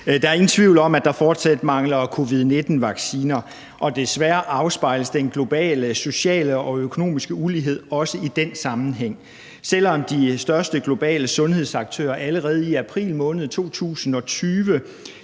Der er ingen tvivl om, at der fortsat mangler covid-19-vacciner, og desværre afspejles den globale, sociale og økonomiske ulighed også i den sammenhæng. Selv om de største globale sundhedsaktører allerede i april måned 2020